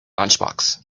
lunchbox